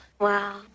Wow